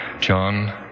John